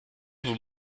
vous